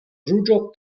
ruĝo